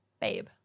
babe